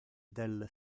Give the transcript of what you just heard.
del